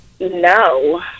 No